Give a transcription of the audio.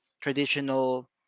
traditional